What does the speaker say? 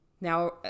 Now